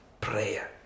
prayer